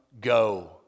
go